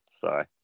Sorry